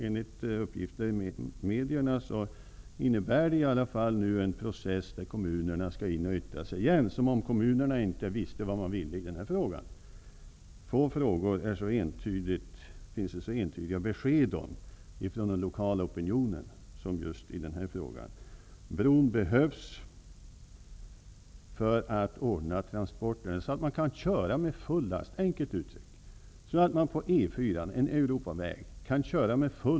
Enligt uppgifter i media innebär det en process, där kommunerna skall yttra sig igen -- som om de inte visste vad de ville i den här frågan. Det är i få frågor som det finns så entydiga besked från den lokala opinionen som i den här frågan. Bron behövs för transporter, så att lastbilar kan köra med full last, enkelt uttryckt, på E 4, en Europaväg.